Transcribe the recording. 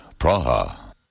Praha